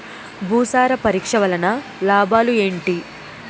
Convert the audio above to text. భూసార పరీక్ష వలన లాభాలు ఏంటి?